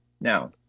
Now